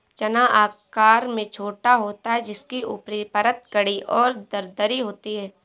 चना आकार में छोटा होता है जिसकी ऊपरी परत कड़ी और दरदरी होती है